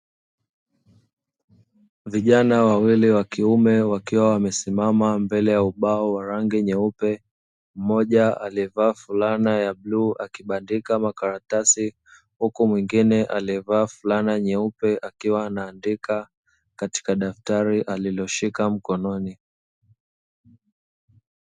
Vijana wawili wa kiume wakiwa wamesimama mbele ya ubao wa rangi nyeupe, mmoja aliyevaa fulana ya bluu akibandika makaratasi, huku mwingine aliyevaa fulana nyeupe akiwa na andika katika daftari aliloshika mkononi.